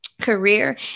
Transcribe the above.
career